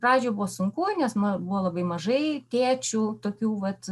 pradžioj buvo sunku nes na buvo labai mažai tėčių tokių vat